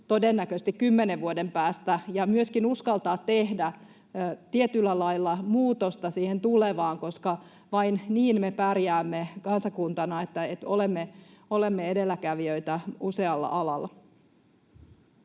todennäköisesti kymmenen vuoden päästä, ja myöskin uskaltaa tehdä tietyllä lailla muutosta siihen tulevaan, koska vain niin me pärjäämme kansakuntana, että olemme edelläkävijöitä usealla alalla.